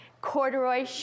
corduroy